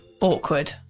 Awkward